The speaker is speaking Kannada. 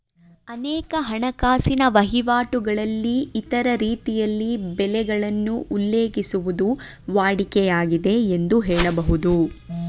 ಅನೇಕ ಹಣಕಾಸಿನ ವಹಿವಾಟುಗಳಲ್ಲಿ ಇತರ ರೀತಿಯಲ್ಲಿ ಬೆಲೆಗಳನ್ನು ಉಲ್ಲೇಖಿಸುವುದು ವಾಡಿಕೆ ಆಗಿದೆ ಎಂದು ಹೇಳಬಹುದು